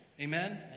Amen